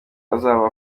azaba